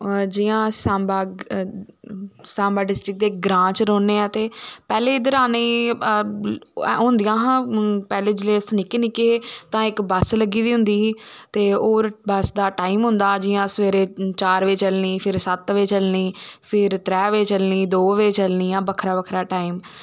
जियां अस सांबां डिस्टिक दे इक ग्रांऽ च रौह्ने आं ते पैह्लें इध्दर आने होंदियां हां पैह्ले जिसले अस निक्के निक्के हे तां इक बस लग्गी दी होंदी ही ते होर बस दा टाईम होंदा जियां सवेरे चार बज़े चलनी फिर सत्त बज़े चलनी फिर त्रै बज़े चलनी दो बज़े चलनी इयां बक्खरा बक्खरा टाईम